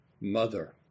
mother